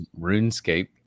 runescape